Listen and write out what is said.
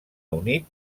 unit